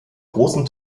großen